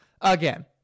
Again